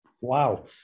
Wow